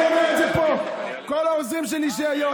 אני אומר את זה פה לכל העוזרים שלי והיועצים